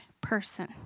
person